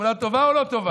תמונה טובה או לא טובה?